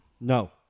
No